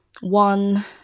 one